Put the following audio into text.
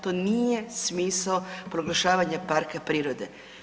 To nije smisao proglašavanja parka prirode.